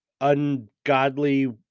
ungodly